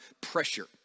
pressure